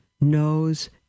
knows